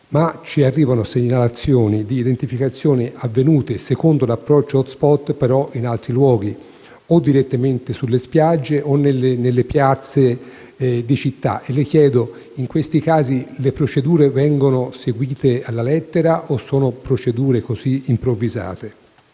ma ci arrivano segnalazioni di identificazioni avvenute secondo l'approccio *hotspot* in altri luoghi: o direttamente sulle spiagge o nelle piazze di città. Le chiedo: in questi casi le procedure vengono seguite alla lettera o sono improvvisate?